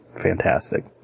fantastic